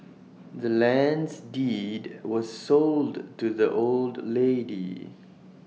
the land's deed was sold to the old lady